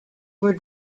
were